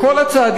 אם נמשיך,